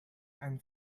and